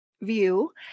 view